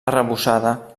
arrebossada